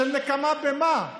של נקמה במה?